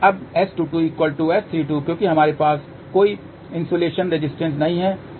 अब S22 S32 क्योंकि हमारे पास कोई इन्सोलेशन रेजिस्टेंस नहीं है